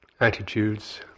Attitudes